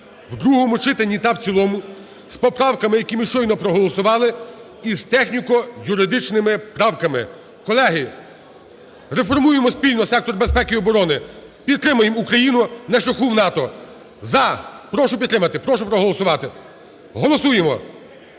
в другому читанні та в цілому з поправками, які ми щойно проголосували, і з техніко-юридичними правками. Колеги, реформуємо спільно сектор безпеки і оборони. Підтримуємо Україну на шляху до НАТО – "за". Прошу підтримати, прошу проголосувати. Голосуємо